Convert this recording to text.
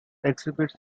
exhibits